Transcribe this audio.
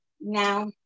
Now